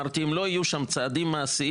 אני אמרתי שאם לא יהיו שם צעדים מעשיים